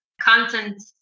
content